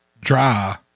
dry